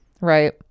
Right